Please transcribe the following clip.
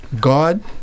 God